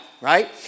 right